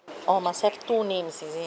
orh must have two names is it